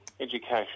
education